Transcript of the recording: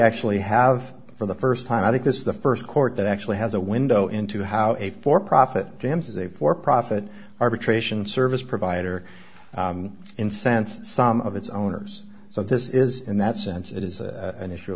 actually have for the st time i think this is the st court that actually has a window into how a for profit gyms a for profit arbitration service provider incensed some of its owners so this is in that sense it is an issue